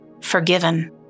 forgiven